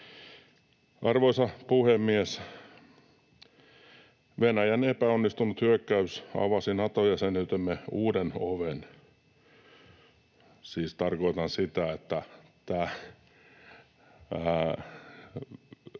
Arvoisa puhemies! Venäjän epäonnistunut hyökkäys avasi Nato-jäsenyytemme uuden oven — siis tarkoitan sitä, että Venäjä